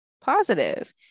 positive